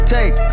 Take